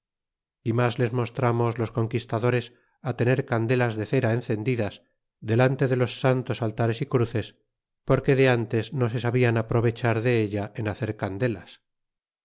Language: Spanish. y mas les mostramos los conquistadores tener candelas de cera encen didas delante de los santos altares y cruces porque de antes no se sabian aprovechar de ella en hacer candelas